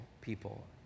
people